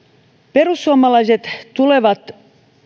perussuomalaiset tulevat